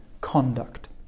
conduct